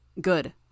Good